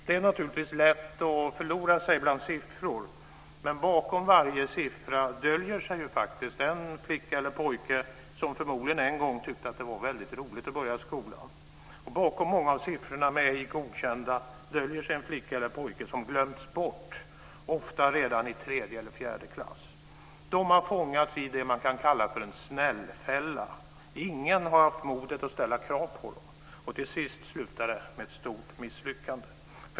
Det är naturligtvis lätt att förlora sig bland siffror, men bakom varje siffra döljer sig en flicka eller pojke som förmodligen en gång tyckte att det var väldigt roligt att börja skolan. Bakom många av siffrorna med ej godkända döljer sig en flicka eller en pojke som glömts bort ofta redan i tredje eller fjärde klass. De har fångats i det man kan kalla en snällhetsfälla. Ingen har haft modet att ställa krav på dem, och till sist slutar det med ett stort misslyckande.